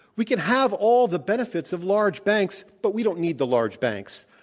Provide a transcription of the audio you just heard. we can have all the benefits of large banks, but we don't need the large banks.